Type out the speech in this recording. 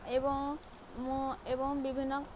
ଏବଂ ମୁଁ ଏବଂ ବିଭିନ୍ନ